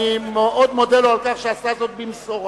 אני מאוד מודה לו על כך שעשה זאת במשורה.